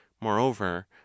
moreover